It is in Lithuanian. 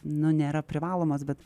nu nėra privalomas bet